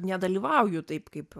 nedalyvauju taip kaip